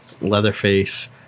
Leatherface